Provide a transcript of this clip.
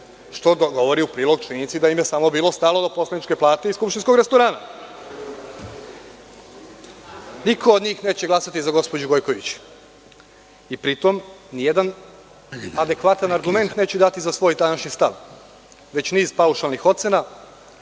što govori u prilog činjenici da im je samo bilo stalo do poslaničke plate i skupštinskog restorana. Niko od njih neće glasati za gospođu Gojković i pri tome ni jedan adekvatan argument neće dati za svoj današnji stav, već niz paušalnih ocena,